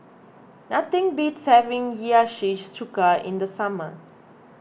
nothing beats having Hiyashi Chuka in the summer